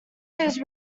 whose